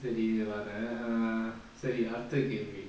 சரி வேற சரி அடுத்த கேள்வி:sari vera sari adutha kelvi